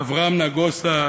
אברהם נגוסה,